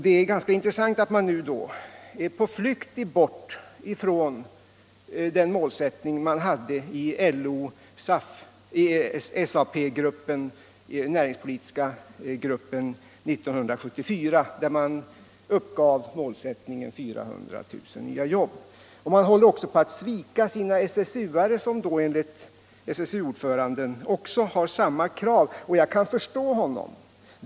Det är ganska intressant att man nu är på flykt bort från målsättningen för LO-SAP:s näringspolitiska grupp 1974. Målsättningen angavs då till 400 000 nya jobb. Man håller också på att svika sina SSU-are, som enligt SSU-ordföranden har samma krav. Jag kan förstå honom.